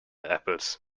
apples